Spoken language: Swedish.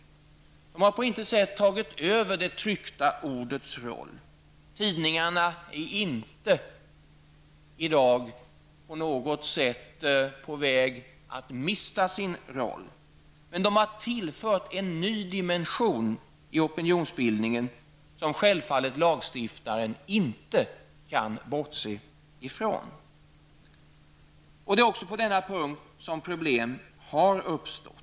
Radion och televisionen har på intet sätt tagit över det tryckta ordets roll -- tidningarna är i dag inte på något sätt på väg att mista sin roll -- men de har tillfört en ny dimension i opinionsbildningen, en dimension som lagstiftaren självfallet inte kan bortse ifrån. Det är också på denna punkt som problem har uppstått.